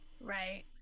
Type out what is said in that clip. Right